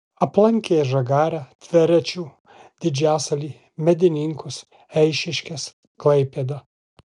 aplankė žagarę tverečių didžiasalį medininkus eišiškes klaipėdą